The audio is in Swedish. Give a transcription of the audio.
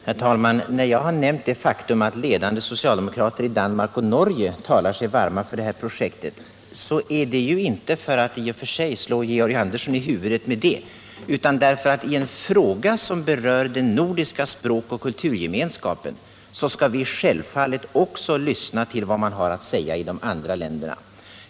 Herr talman! När jag har nämnt det faktum att ledande socialdemokrater i Danmark och Norge talar sig varma för detta projekt är det inte för att slå Georg Andersson i huvudet med detta, utan därför att i en fråga som berör den nordiska språkoch kulturgemenskapen skall vi självfallet också lyssna till vad man har att säga i de andra länderna.